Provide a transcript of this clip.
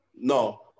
No